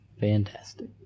Fantastic